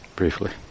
briefly